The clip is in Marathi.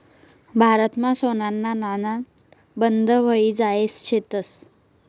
भारतमा सोनाना नाणा बंद व्हयी जायेल शेतंस